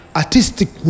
artistic